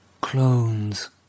Clones